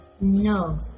No